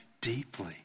deeply